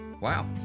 Wow